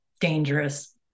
dangerous